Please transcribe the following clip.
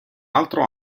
altro